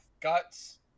guts